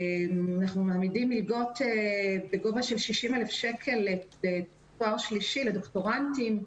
אנחנו מעמידים מלגות בגובה 60,000 שקלים לתואר שלישי לדוקטורנטים.